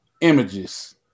images